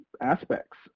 aspects